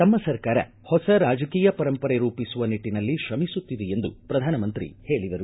ತಮ್ಮ ಸರ್ಕಾರ ಹೊಸ ರಾಜಕೀಯ ಪರಂಪರೆ ರೂಪಿಸುವ ನಿಟ್ಟನಲ್ಲಿ ತ್ರಮಿಸುತ್ತಿದೆ ಎಂದು ಪ್ರಧಾನಮಂತ್ರಿ ಹೇಳಿದರು